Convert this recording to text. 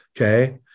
Okay